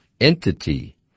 entity